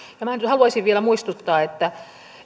minä nyt haluaisin vielä muistuttaa että